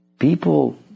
People